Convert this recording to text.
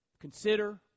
Consider